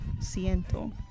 siento